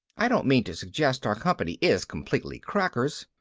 i don't mean to suggest our company is completely crackers.